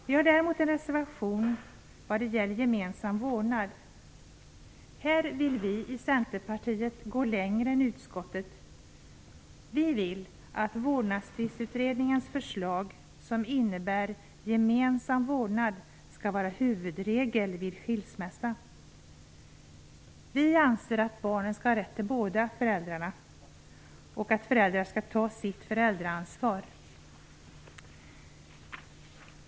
Vi har däremot en reservation när det gäller gemensam vårdnad. På den punkten vill vi i Centerpartiet gå längre än utskottet. Vi vill att Vårdnadstvistutredningens förslag som innebär gemensam vårdnad skall vara huvudregel vid skilsmässa. Vi anser att barnen skall ha rätt till båda föräldrarna och att föräldrar skall ta sitt föräldraansvar.